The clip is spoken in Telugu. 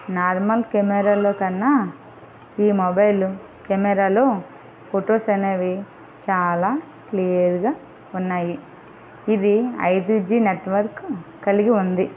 నార్మల్ కెమెరాలో కన్నా ఈ మొబైలు కెమెరాలో ఫొటోస్ అనేవి చాలా క్లియర్గా ఉన్నాయి ఇది ఐజిజి నెట్వర్క్ కలిగి ఉంది